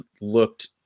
looked